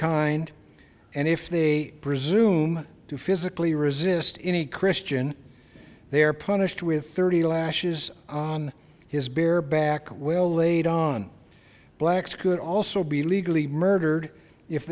kind and if they presume to physically resist any christian they are punished with thirty lashes on his bare back well laid on blacks could also be legally murdered if